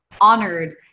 honored